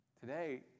Today